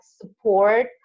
support